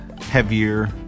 heavier